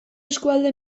eskualde